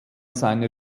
seiner